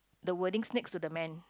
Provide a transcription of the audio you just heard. the wordings next to the man